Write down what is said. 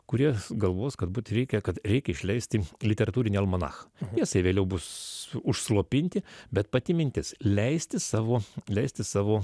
kurie galvos kad būti reikia kad reikia išleisti literatūrinį almanachą tiesa jie vėliau bus užslopinti bet pati mintis leisti savo leisti savo